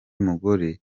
mugore